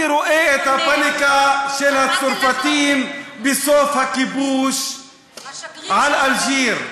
אני רואה את הפניקה של הצרפתים בסוף הכיבוש על אלג'יר,